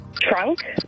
Trunk